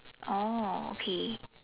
oh okay